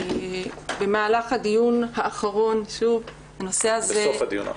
במהלך הדיון האחרון -- בסוף הדיון האחרון.